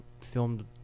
filmed